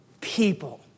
people